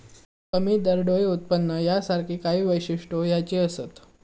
कमी दरडोई उत्पन्न यासारखी काही वैशिष्ट्यो ह्याची असत